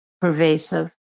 pervasive